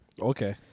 Okay